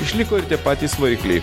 išliko ir tie patys varikliai